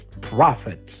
prophets